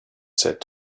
said